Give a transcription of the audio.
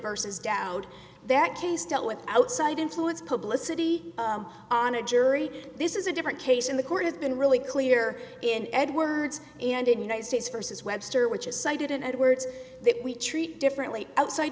versus doubt that case dealt with outside influence publicity on a jury this is a different case in the court has been really clear in edwards and in united states versus webster which is cited in edwards we treat differently outside